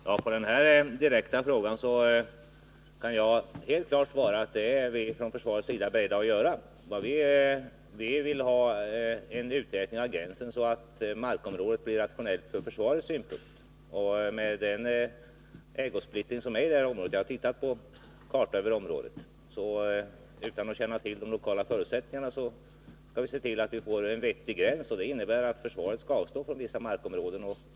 Herr talman! På den här direkta frågan kan jag helt klart svara, att från försvarets sida är vi beredda att avstå från mark. Vad vi vill ha är en uträtning av gränsen så att markområdet blir rationellt från försvarets synpunkt. Med kännedom om ägosplittringen i området — jag har tittat på en karta över området — men utan att känna till de lokala förutsättningarna, skall vi se till att få en vettig gräns. Det innebär att försvaret skall avstå från vissa markområden.